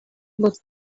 but